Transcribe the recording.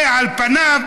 זה על פניו,